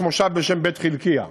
יש מושב בשם בית-חלקיה,